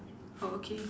oh okay